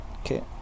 okay